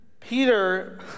Peter